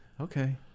okay